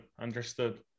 understood